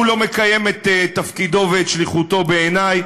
הוא לא מקיים את תפקידו ואת שליחותו בעיני,